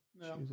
No